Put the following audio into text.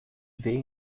veio